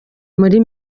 kuri